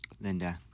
Linda